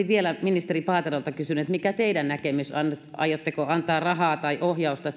vielä ministeri paaterolta kysynyt mikä teidän näkemyksenne on aiotteko antaa rahaa tai ohjausta